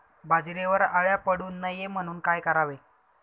बाजरीवर अळ्या पडू नये म्हणून काय करावे?